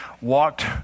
walked